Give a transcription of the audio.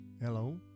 Hello